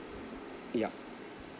yup